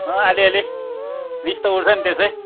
अँ अलिअलि रिस त उठ्छ नि त्यसै